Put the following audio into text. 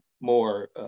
more